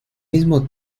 mismo